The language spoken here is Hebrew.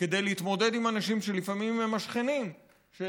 להתמודד עם אנשים שלפעמים הם השכנים של